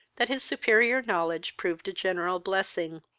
that his superior knowledge proved a general blessing,